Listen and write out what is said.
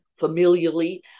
familially